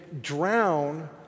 drown